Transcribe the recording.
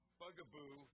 bugaboo